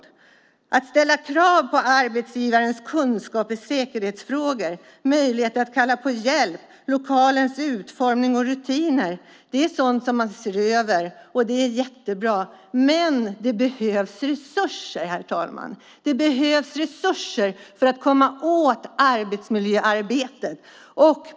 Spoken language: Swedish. De krav som ställs på arbetsgivarens kunskap om säkerhetsfrågor, möjligheter att kalla på hjälp, lokalernas utformning och rutiner är sådant som man ser över, och det är jättebra. Men det behövs resurser, herr talman. Det behövs resurser för att man ska kunna utföra arbetsmiljöarbetet.